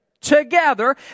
together